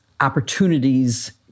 Opportunities